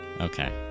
Okay